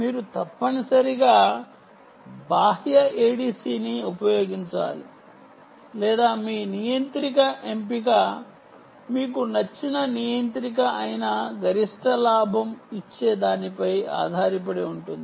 మీరు తప్పనిసరిగా బాహ్య ADC ని ఉపయోగించాలి లేదా మీ నియంత్రిక ఎంపిక మీకు నచ్చిన నియంత్రిక అయిన గరిష్ట లాభం ఇచ్చే దానిపై ఆధారపడి ఉంటుంది